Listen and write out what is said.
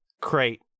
crate